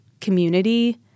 community